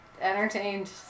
entertained